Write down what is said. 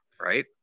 right